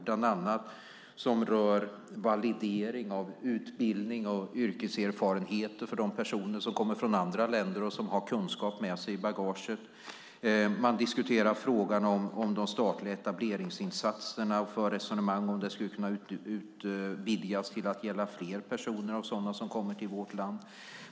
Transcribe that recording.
Bland annat gäller det validering av utbildning och yrkeserfarenhet bland personer som kommer från andra länder och som har med sig kunskap i bagaget. Man diskuterar frågan om de statliga etableringsinsatserna och för resonemang om huruvida de skulle kunna utvidgas till att gälla fler av de personer som kommer till vårt land.